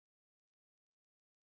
one is a red shirt